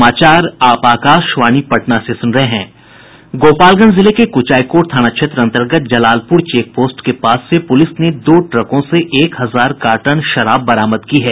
गोपालगंज जिले के कुचायकोट थाना क्षेत्र अंतर्गत जलालपुर चेक पोस्ट के पास से पुलिस ने दो ट्रकों से एक हजार कार्टन शराब बरामद की है